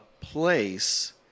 place